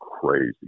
crazy